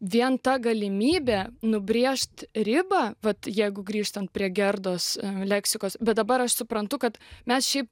vien ta galimybė nubrėžt ribą vat jeigu grįžtant prie gerdos leksikos bet dabar aš suprantu kad mes šiaip